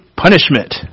Punishment